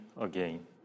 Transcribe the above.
again